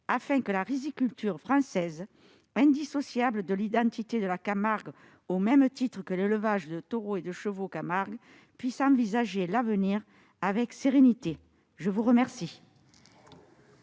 afin que la riziculture française, indissociable de l'identité de la Camargue, au même titre que l'élevage de taureaux et de chevaux Camargue, puisse envisager l'avenir avec sérénité ? Bravo ! La parole